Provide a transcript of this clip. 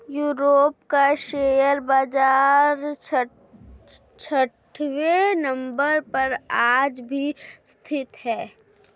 Europe का share बाजार छठवें नम्बर पर आज भी स्थित है